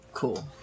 Cool